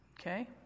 Okay